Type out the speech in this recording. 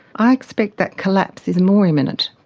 i expect that collapse is more imminent.